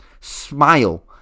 smile